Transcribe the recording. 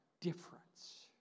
difference